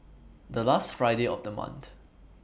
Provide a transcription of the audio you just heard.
The last Friday of The month